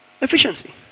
Efficiency